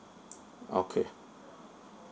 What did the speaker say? okay